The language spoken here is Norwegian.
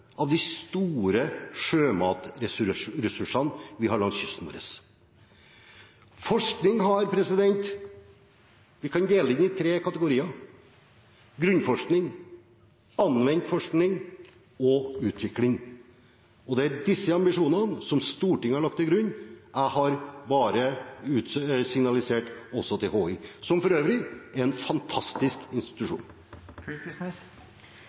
av de store sjømatressursene vi har langs kysten vår. Forskning kan vi dele inn i tre kategorier: grunnforskning, anvendt forskning og utvikling. Det er disse ambisjonene, som Stortinget har lagt til grunn, som jeg har signalisert til HI, som for øvrig er en fantastisk